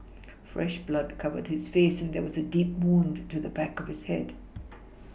fresh blood covered his face and there was a deep wound to the back of his head